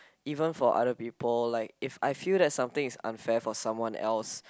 even for other people like if I feel that something is unfair for someone else